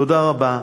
תודה רבה.